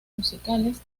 musicales